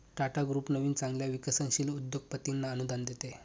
Tata group नवीन चांगल्या विकसनशील उद्योगपतींना अनुदान देते